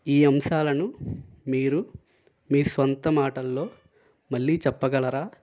ఈ అంశాలను మీరు మీ సొంతమాటల్లో మళ్ళీ చెప్పగలరా